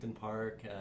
Park